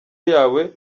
yawe